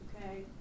Okay